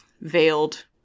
veiled